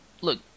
Look